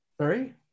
Sorry